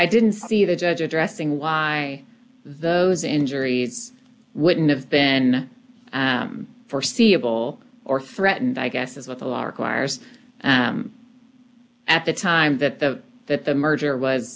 i didn't see the judge addressing why those injuries wouldn't have been foreseeable or threatened i guess is what the law requires at the time that the that the merger